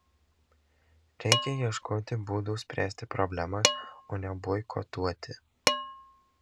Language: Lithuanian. reikia ieškoti būdų spręsti problemas o ne boikotuoti